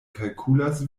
kalkulas